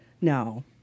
no